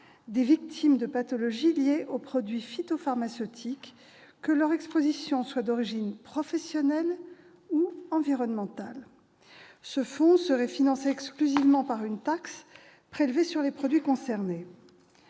des victimes de pathologies liées aux produits phytopharmaceutiques, que leur exposition soit d'origine professionnelle ou environnementale. Ce fonds serait financé exclusivement par une taxe prélevée sur les produits concernés.